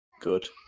good